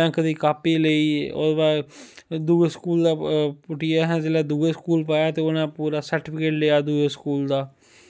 bank दी copy लेई ओह्दे बाद दूए स्कूल दा पुट्टियै असैं जिसलै दुऐ स्कूल पाया ते उनै पूरा सार्टिफिकेट लेआ दूए स्कूल दा